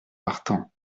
partant